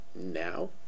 now